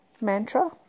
mantra